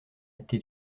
été